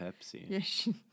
Pepsi